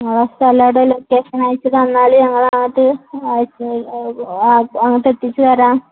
നിങ്ങളുടെ സ്ഥലത്തിന്റെ ലൊക്കേഷൻ അയച്ചുതന്നാല് ഞങ്ങള് അങ്ങോട്ട് എത്തിച്ചുതരാം